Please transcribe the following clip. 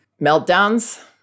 meltdowns